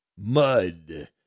mud